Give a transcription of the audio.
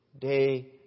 day